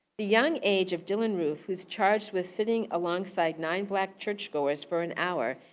the young age of dylann roof, who's charged with sitting alongside nine black churchgoers for an hour,